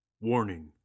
Warning